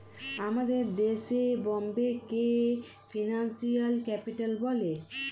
আমাদের দেশে বোম্বেকে ফিনান্সিয়াল ক্যাপিটাল বলে